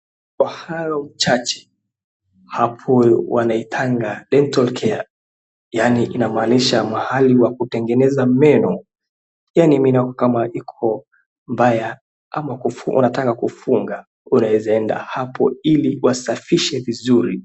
Kwa hayo chache, hapo wanaitanga Dental Care yaani inamaanisha mahali wa kutengeneza meno yaani meno yako kama iko mbaya ama unataka kufunga unaeza enda hapo ili wasafishe vizuri.